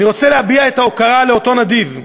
אני רוצה להביע את ההוקרה לאותו נדיב,